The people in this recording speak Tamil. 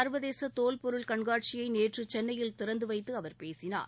சர்வதேச தோல் பொருள் கண்காட்சியை நேற்று சென்னையில் திறந்துவைத்து அவர் பேசினார்